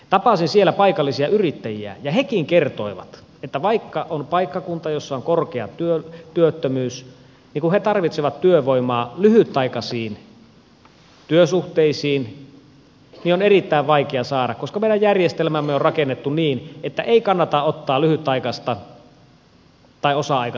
tapasin siellä paikallisia yrittäjiä ja hekin kertoivat että vaikka on paikkakunta jossa on korkea työttömyys niin kun he tarvitsevat työvoimaa lyhytaikaisiin työsuhteisiin niin sitä on erittäin vaikea saada koska meidän järjestelmämme on rakennettu niin että ei kannata ottaa lyhytaikaista tai osa aikaista työtä vastaan